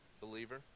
believer